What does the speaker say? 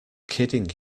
kidding